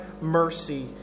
mercy